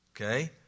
okay